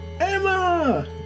Emma